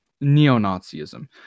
neo-nazism